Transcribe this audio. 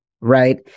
right